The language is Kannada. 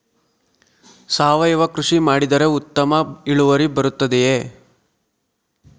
ಸಾವಯುವ ಕೃಷಿ ಮಾಡಿದರೆ ಉತ್ತಮ ಇಳುವರಿ ಬರುತ್ತದೆಯೇ?